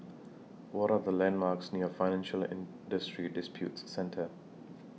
What Are The landmarks near Financial and Industry Disputes Centre